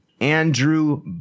Andrew